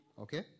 Okay